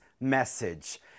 message